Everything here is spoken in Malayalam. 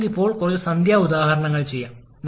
ഇപ്പോൾ നമ്മൾ ടർബൈൻ ഭാഗത്തേക്ക് മാറണം